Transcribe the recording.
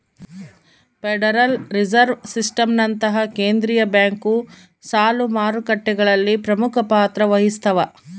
federal Reserve ಸಿಸ್ಟಮ್ನಂತಹ ಕೇಂದ್ರೀಯ bank ಸಾಲ ಮಾರುಕಟ್ಟೆಗಳಲ್ಲಿ ಪ್ರಮುಖ ಪಾತ್ರ ವಹಿಸ್ತವ